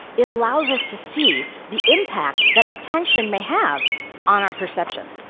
it allows us to see the impact that attention may have on our perception.